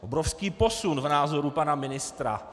Obrovský posun v názoru pana ministra.